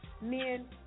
men